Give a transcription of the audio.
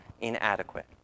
inadequate